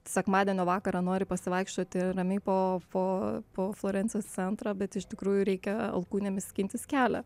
sekmadienio vakarą nori pasivaikščioti ramiai po po po florencijos centrą bet iš tikrųjų reikia alkūnėmis skintis kelią